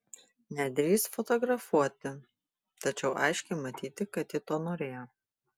nedrįsk fotografuoti tačiau aiškiai matyti kad ji to norėjo